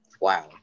wow